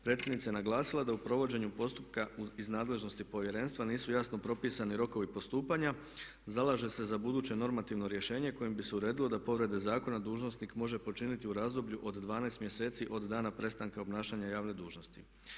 Predsjednica je naglasila da u provođenju postupka iz nadležnosti Povjerenstva nisu jasno propisani rokovi postupanja, zalaže se za buduće normativno rješenje kojim bi se uredilo da povrede zakona dužnosnik može počiniti u razdoblju od 12 mjeseci od dana prestanka obnašanja javne dužnosti.